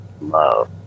love